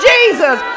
Jesus